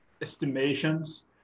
estimations